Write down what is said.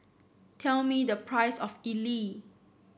tell me the price of idly